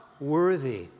worthy